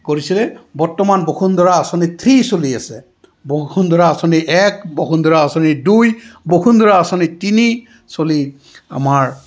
কৰিছিলে বৰ্তমান বসুন্ধৰা আঁচনি থ্ৰী চলি আছে বসুন্ধৰা আঁচনি এক বসুন্ধৰা আঁচনি দুই বসুন্ধৰা আঁচনি তিনি চলি আমাৰ